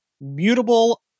mutable